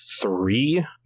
three